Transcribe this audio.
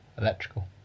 Electrical